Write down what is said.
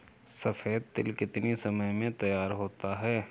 सफेद तिल कितनी समय में तैयार होता जाता है?